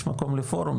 יש מקום לפורום,